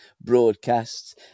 broadcasts